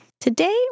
Today